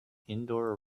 indoor